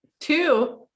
Two